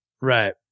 Right